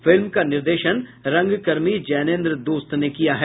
film का निर्देशन रंगकर्मी जैनेंद्र दोस्त ने किया है